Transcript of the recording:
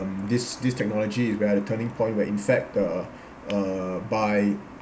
um this this technology is where the turning point where in fact the uh by